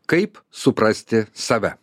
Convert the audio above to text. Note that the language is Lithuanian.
kaip suprasti save